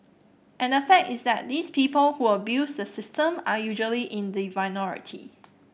and the fact is that these people who abuse the system are usually in the minority